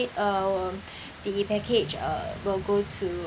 uh our the package uh will go to